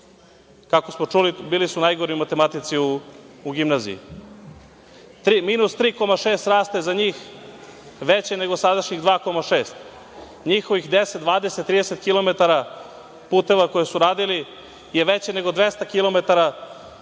Kako smo čuli, bili su najgori u matematici u gimnaziji. Minus 3,6 rasta je za njih veće nego sadašnjih 2,6, njihovih 10,20,30 kilometara puteva koje su radili je veće nego 200 kilometara